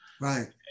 Right